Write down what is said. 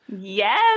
Yes